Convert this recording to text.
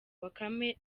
bakame